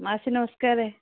ମାଉସୀ ନମସ୍କାର